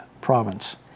province